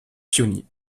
pionnier